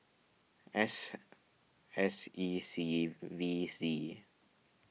S S E C V Z